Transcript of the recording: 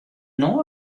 know